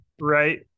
right